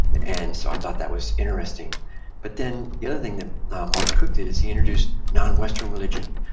and so i thought that was interesting but then the other thing that martin cook did is he introduced non-western religion,